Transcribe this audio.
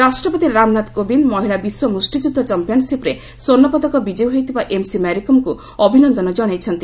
ପ୍ରେଜ୍ ମାରିକମ୍ ରାଷ୍ଟ୍ରପତି ରାମନାଥ କୋବିନ୍ଦ୍ ମହିଳା ବିଶ୍ୱ ମୁଷ୍ଟିଯୁଦ୍ଧ ଚାମ୍ପିୟନ୍ସିପ୍ରେ ସ୍ୱର୍ଷପଦକ ବିଜୟୀ ହୋଇଥିବା ଏମ୍ସି ମାରିକମ୍ଙ୍କୁ ଅଭିନନ୍ଦନ ଜଣାଇଛନ୍ତି